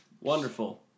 Wonderful